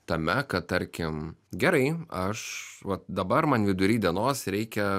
tame kad tarkim gerai aš vat dabar man vidury dienos reikia